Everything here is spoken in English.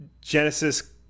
Genesis